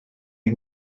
yng